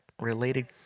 related